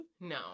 No